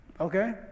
Okay